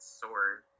sword